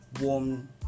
warm